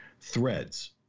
Threads